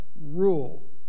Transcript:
rule